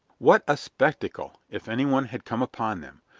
what a spectacle, if anyone had come upon them!